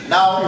Now